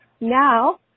now